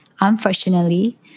Unfortunately